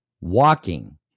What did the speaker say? walking